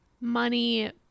money